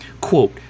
Quote